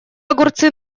огурцы